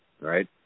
right